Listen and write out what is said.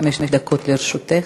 חמש דקות לרשותך.